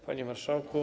Panie Marszałku!